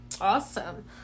awesome